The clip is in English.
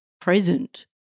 present